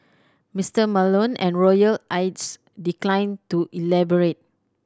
Mister Malone and royal aides declined to elaborate